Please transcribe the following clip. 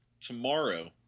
tomorrow